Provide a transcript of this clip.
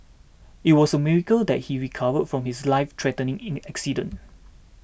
it was a miracle that he recovered from his lifethreatening in accident